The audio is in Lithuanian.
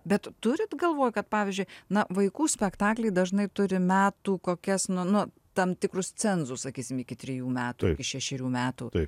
bet turit galvoj kad pavyzdžiui na vaikų spektakliai dažnai turi metų kokias nu nu tam tikrus cenzus sakysim iki trejų metų iki šešerių metų